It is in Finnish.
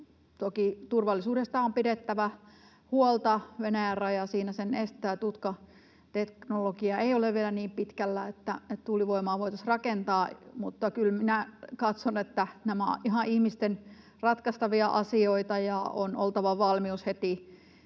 Toki turvallisuudesta on pidettävä huolta. Venäjän raja siinä sen estää. Tutkateknologia ei ole vielä niin pitkällä, että tuulivoimaa voitaisiin rakentaa. Mutta kyllä minä katson, että nämä ovat ihan ihmisten ratkaistavia asioita, ja on oltava heti